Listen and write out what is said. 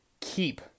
keep